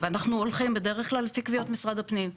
ואנחנו הולכים בדרך כלל לפי משרד הפנים.